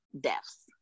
deaths